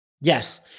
Yes